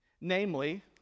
Namely